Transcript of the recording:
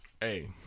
Hey